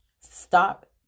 stop